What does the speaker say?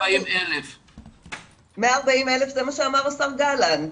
140,000. 140,000, זה מה שאמר השר גלנט.